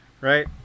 right